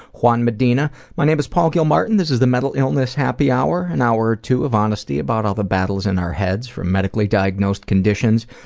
juan medina, my name is paul gilmartin, this is the mental illness happy hour. an hour or two of honesty about all the battles in our heads from medically diagnosed conditions,